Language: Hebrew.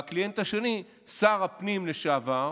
והקליינט השני, שר הפנים לשעבר,